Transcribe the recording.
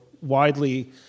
widely